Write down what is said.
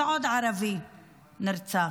אז עוד ערבי נרצח.